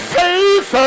faith